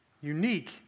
unique